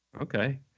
Okay